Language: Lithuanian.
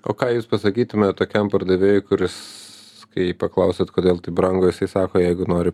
o ką jūs pasakytumėt tokiam pardavėjui kuris kai paklausėt kodėl taip brangu sako jeigu nori